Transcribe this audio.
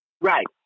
Right